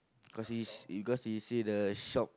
cause he because he see the shop